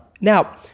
Now